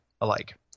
alike